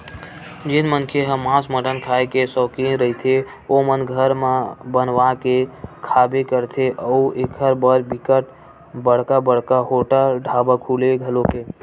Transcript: जेन मनखे ह मांस मटन खांए के सौकिन रहिथे ओमन घर म बनवा के खाबे करथे अउ एखर बर बिकट बड़का बड़का होटल ढ़ाबा खुले घलोक हे